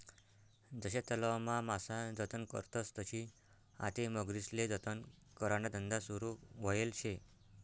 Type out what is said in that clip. जशा तलावमा मासा जतन करतस तशी आते मगरीस्ले जतन कराना धंदा सुरू व्हयेल शे